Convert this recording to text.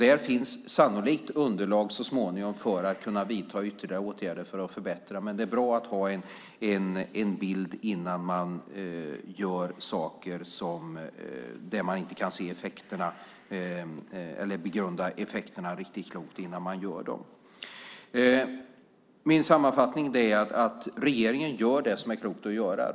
Där finns sannolikt underlag så småningom för att kunna vidta ytterligare åtgärder för att förbättra, men det är bra att ha en bild innan man gör saker där man inte kan begrunda effekterna riktigt klokt innan man genomför dem. Min sammanfattning är att regeringen gör det som är klokt att göra.